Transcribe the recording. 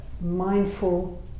mindful